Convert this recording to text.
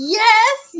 yes